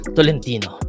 Tolentino